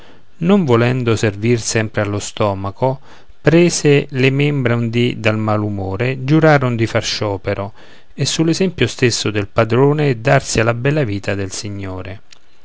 non volendo servir sempre allo stomaco prese le membra un dì dal malumore giuraron di far sciopero e sull'esempio stesso del padrone darsi alla bella vita del signore